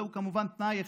זהו כמובן תנאי הכרחי,